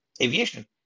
aviation